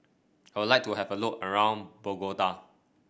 I would like to have a look around Bogota